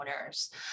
owners